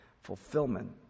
fulfillment